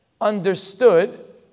understood